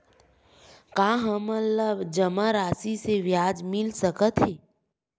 का हमन ला जमा राशि से ब्याज मिल सकथे?